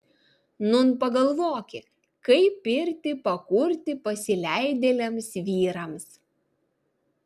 nūn pagalvoki kaip pirtį pakurti pasileidėliams vyrams